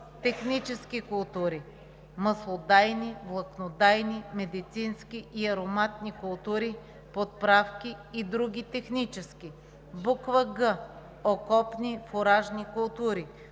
технически култури – маслодайни, влакнодайни, медицински и ароматни култури, подправки и други технически; г) окопни фуражни култури;